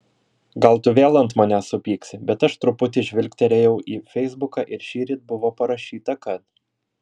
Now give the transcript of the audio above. gal tu vėl ant manęs supyksi bet aš truputį žvilgterėjau į feisbuką ir šįryt buvo parašyta kad